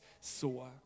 saw